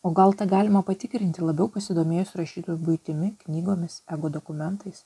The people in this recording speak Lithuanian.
o gal tą galima patikrinti labiau pasidomėjus rašytojo buitimi knygomis dokumentais